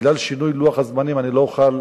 בגלל שינוי לוח הזמנים אני לא אוכל,